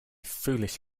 foolish